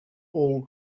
all